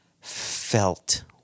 felt